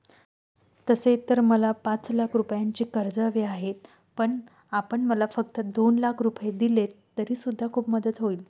तसे तर मला पाच लाख रुपयांचे कर्ज हवे आहे, पण आपण मला फक्त दोन लाख रुपये दिलेत तरी सुद्धा खूप मदत होईल